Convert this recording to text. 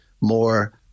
more